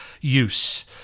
use